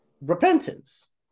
repentance